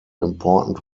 important